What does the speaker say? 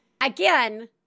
again